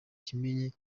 kimenyi